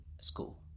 school